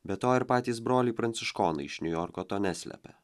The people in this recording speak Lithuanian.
be to ir patys broliai pranciškonai iš niujorko to neslepia